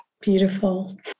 beautiful